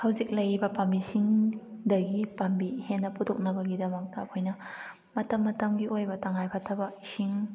ꯍꯧꯖꯤꯛ ꯂꯩꯔꯤꯕ ꯄꯥꯝꯕꯤꯁꯤꯡꯗꯒꯤ ꯄꯥꯝꯕꯤ ꯍꯦꯟꯅ ꯄꯨꯊꯣꯛꯅꯕꯒꯤꯗꯃꯛꯇ ꯑꯩꯈꯣꯏꯅ ꯃꯇꯝ ꯃꯇꯝꯒꯤ ꯑꯣꯏꯕ ꯇꯉꯥꯏꯐꯗꯕ ꯏꯁꯤꯡ